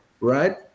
right